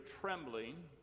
trembling